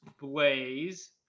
blaze